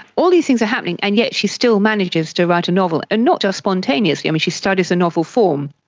all these things are happening, and yet she still manages to write a novel, and not just spontaneously. i mean, she studies a novel form,